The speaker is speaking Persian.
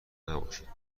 نباشید